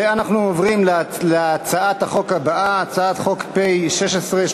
אנחנו עוברים להצעת החוק הבאה, הצעת חוק פ/1633,